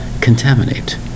contaminate